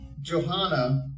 Johanna